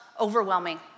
overwhelming